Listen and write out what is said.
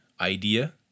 idea